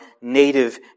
native